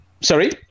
Sorry